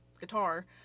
guitar